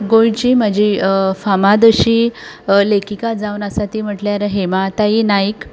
गोंयची म्हजी फामाद अशी लेखिका जावन आसा ती म्हटल्यार हेमा ताई नायक